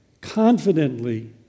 confidently